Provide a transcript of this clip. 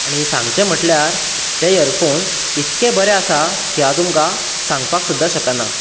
आनी सांगचे म्हटल्यार ते यरफोन्स इतके बरें आसा की हांव तुमकां सांगपाक सुद्दां शकना